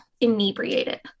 inebriated